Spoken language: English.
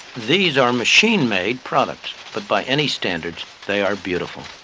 these are machine-made products, but by any standards, they are beautiful.